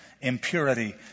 impurity